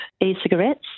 e-cigarettes